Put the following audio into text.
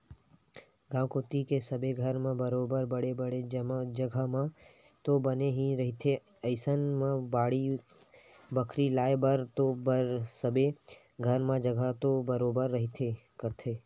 गाँव कोती सबे घर मन ह बरोबर बड़े बड़े जघा म तो बने ही रहिथे अइसन म बाड़ी बखरी लगाय बर तो सबे घर म जघा तो बरोबर रहिबे करथे